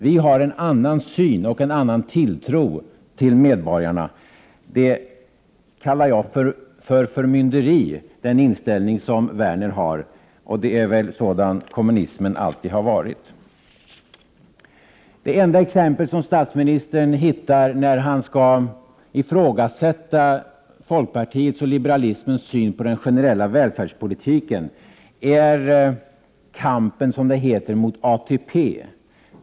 Vi har en annan syn, och en annan tilltro till medborgarna. Den inställning som Lars Werner har kallar jag för förmynderi — och det är väl sådan kommunismen alltid har varit. Det enda exempel som statsministern hittar när han skall ifrågasätta folkpartiets och liberalismens syn på den generella välfärdspolitiken är, som det heter, ”kampen mot ATP”.